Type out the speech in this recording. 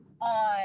on